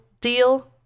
deal